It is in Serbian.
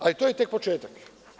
Ali, to je tek početak.